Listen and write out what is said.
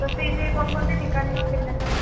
तसं इथे कोणकोणते ठिकाण आहे मग फिरण्यासाठी